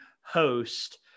host